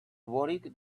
worried